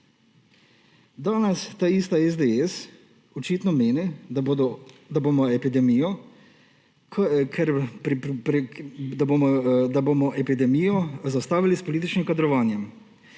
Danes ta ista SDS očitno meni, da bomo epidemijo zaustavili s političnim kadrovanjem.